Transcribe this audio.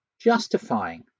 justifying